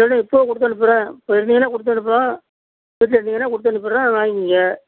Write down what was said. சரி இப்போவே கொடுத்து அனுப்புகிறேன் இப்போ இருந்தீங்கன்னால் கொடுத்து அனுப்பவா வீட்டில் இருந்தீங்கன்னால் கொடுத்து அனுப்பிட்றேன் வாங்கிக்கோங்க